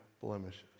blemishes